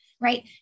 right